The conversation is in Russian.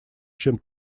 чем